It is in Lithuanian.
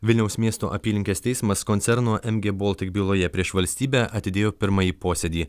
vilniaus miesto apylinkės teismas koncerno mg baltic byloje prieš valstybę atidėjo pirmąjį posėdį